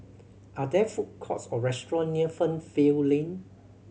are there food courts or restaurant near Fernvale Lane